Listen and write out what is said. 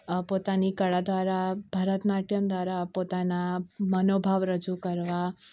પોતાની કળા દ્વારા ભરતનાટ્યમ દ્વારા પોતાના મનોભાવ રજૂ કરવા